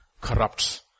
corrupts